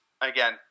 again